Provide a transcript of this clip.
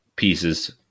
pieces